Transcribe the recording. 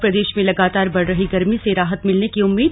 और प्रदेश में लगातार बढ़ रही गर्मी से राहत मिलने की उम्मीद